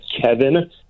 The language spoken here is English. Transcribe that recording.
Kevin